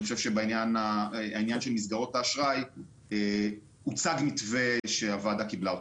ואני חושב שבעניין מסגרות האשראי הוצג מתווה שהוועדה קיבלה אותו.